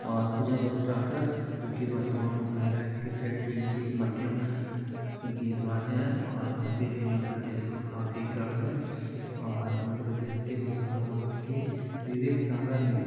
और पूजा वस्त्राकर जोकि वर्तमान में महिला किर्केट टीम की एक मध्यम गेंदबाज़ हैं और इन पर भी मध्य प्रदेश को काफी गर्व है और मध्य प्रदेश के होशंगाबाद के विवेक सागर ने